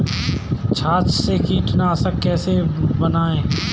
छाछ से कीटनाशक कैसे बनाएँ?